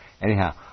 Anyhow